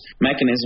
mechanism